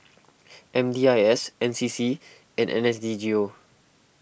M D I S N C C and N S D G O